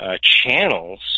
channels